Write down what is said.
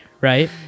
right